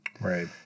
Right